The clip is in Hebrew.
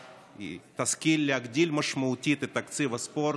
תשכיל להגדיל משמעותית את תקציב הספורט,